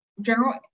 general